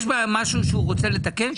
יש משהו שהוא רוצה לתקן?